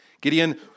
Gideon